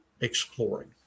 exploring